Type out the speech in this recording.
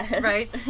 Right